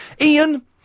Ian